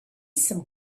some